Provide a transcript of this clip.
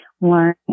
learn